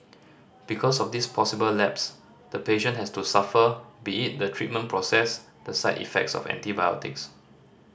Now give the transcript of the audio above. because of this possible lapse the patient has to suffer be it the treatment process the side effects of antibiotics